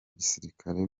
gisirikare